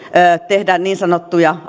tehdä niin sanottuja